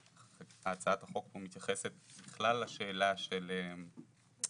הצעת החוק פה מתייחסת לכלל השאלה של פרסום.